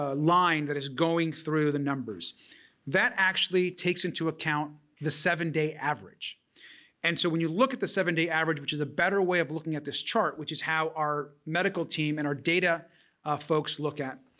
ah line that is going through the numbers that actually takes into account the seven day average and so when you look at the seven day average, which is a better way of looking at this chart, which is how our medical team and our data folks look at